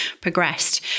progressed